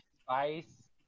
spice